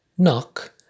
Knock